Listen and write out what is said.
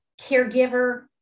caregiver